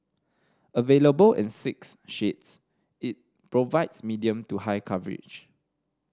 available in six shades it provides medium to high coverage